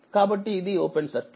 కాబట్టిఇది open circuit